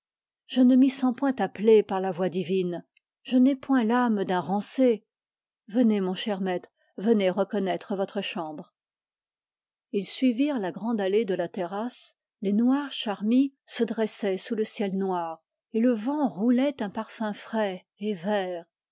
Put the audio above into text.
je ne m'y sens point appelé par la voix divine je n'ai point l'âme d'un rancé venez mon cher maître venez reconnaître votre chambre ils suivirent la grande allée de la terrasse les noires charmilles se dressaient sous le ciel noir et le vent roulait un parfum frais et vert